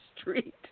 street